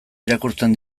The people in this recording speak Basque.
irakurtzen